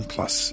Plus